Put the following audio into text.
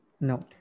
No